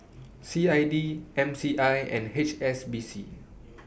C I D M C I and H S B C